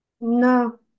No